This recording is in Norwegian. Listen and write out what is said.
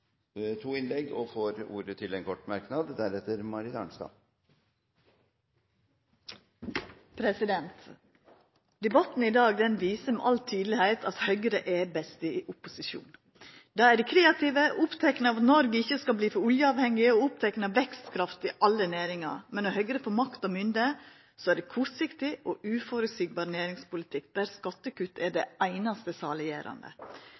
to ganger tidligere og får ordet til en kort merknad, begrenset til 1 minutt. Debatten i dag viser med all tydelegheit at Høgre er best i opposisjon. Då er dei kreative og opptekne av at Noreg ikkje skal verta for oljeavhengig, og opptekne av vekstkraft i alle næringar. Men når Høgre får makt og mynde, er det kortsiktig og uføreseieleg næringspolitikk, der skattekutt er det einaste saliggjerande,